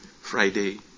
Friday